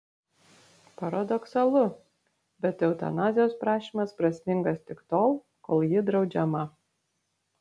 paradoksalu bet eutanazijos prašymas prasmingas tik tol kol ji draudžiama